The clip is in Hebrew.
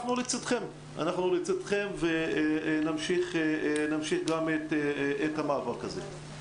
אנחנו לצדכם ונמשיך גם את המאבק הזה.